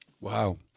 Wow